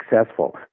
successful